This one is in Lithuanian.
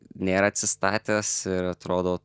nėra atsistatęs ir atrodo